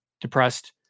depressed